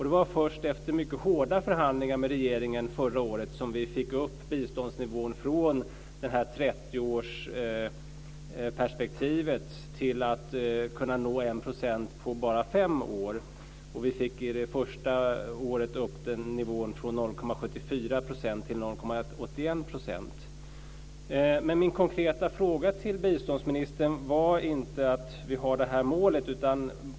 Det var först efter mycket hårda förhandlingar med regeringen förra året som vi fick upp biståndsnivån från perspektivet att kunna nå 1 % på 30 år till att kunna nå det på bara 5 år. Det första året ska nivån höjas från 0,74 % till 0,81 %. Min konkreta fråga till biståndsministern handlade inte om att vi har det här målet.